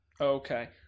okay